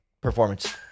performance